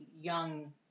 young